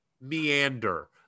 meander